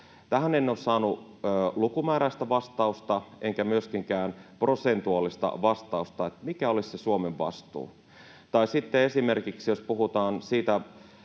Tähän en ole saanut lukumääräistä vastausta, enkä myöskään prosentuaalista vastausta, mikä olisi se Suomen vastuu. Tai esimerkiksi jos puhutaan siitä